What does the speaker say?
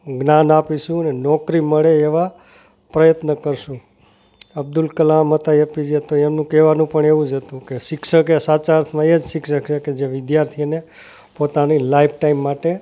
જ્ઞાન આપીશું અને નોકરી મળે એવા પ્રયત્ન કરીશું અબ્દુલ કલામ હતા એપીજે તો એમનું કહેવાનું પણ એવું જ હતું કે શિક્ષકે સાચા અર્થમાં એજ શિક્ષક છે કે જે વિદ્યાર્થીને પોતાની લાઈફ ટાઈમ માટે